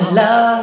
love